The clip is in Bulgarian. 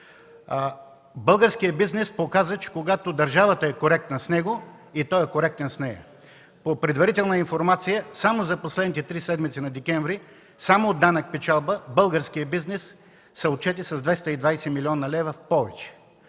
Българският бизнес показа, че когато държавата е коректна с него, и той е коректен с нея. По предварителна информация за последните три седмици на месец декември само от данък печалба българският бизнес се отчете с 220 млн. лв. в повече.